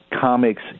Comics